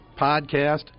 podcast